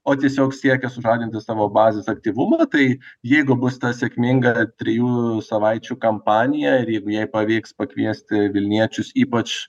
o tiesiog siekia sužadinti savo bazės aktyvumą tai jeigu bus ta sėkminga trijų savaičių kampanija ir jeigu jai pavyks pakviesti vilniečius ypač